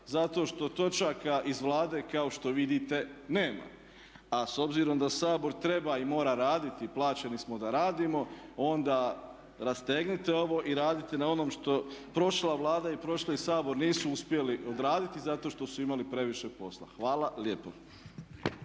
zato što točaka iz Vlade kao što vidite nema. A s obzirom da Sabor treba i mora raditi, plaćeni smo da radimo onda rastegnite ovo i radite na onom što prošla Vlada i prošli Sabor nisu uspjeli odraditi zato što su imali previše posla. Hvala lijepo.